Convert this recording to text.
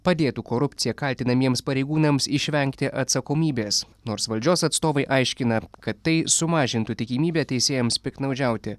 padėtų korupcija kaltinamiems pareigūnams išvengti atsakomybės nors valdžios atstovai aiškina kad tai sumažintų tikimybę teisėjams piktnaudžiauti